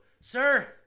sir